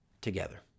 together